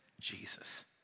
Jesus